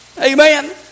Amen